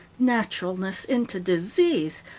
naturalness into disease,